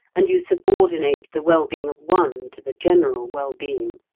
and you subordinate the well-being of one to the general well-being.